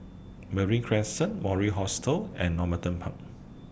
Marine Crescent Mori Hostel and Normanton Park